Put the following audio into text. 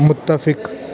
متفق